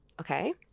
Okay